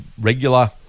regular